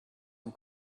and